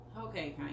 Okay